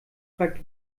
fragt